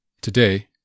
Today